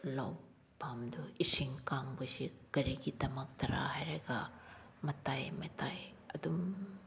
ꯂꯧꯐꯝꯗꯨ ꯏꯁꯤꯡ ꯀꯪꯕꯁꯦ ꯀꯔꯤꯒꯤꯗꯃꯛꯇꯔꯥ ꯍꯥꯏꯔꯒ ꯃꯇꯥꯏ ꯃꯇꯥꯏ ꯑꯗꯨꯝ